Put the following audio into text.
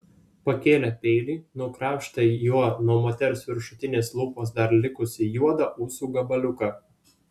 pakėlė peilį nukrapštė juo nuo moters viršutinės lūpos dar likusį juodą ūsų gabaliuką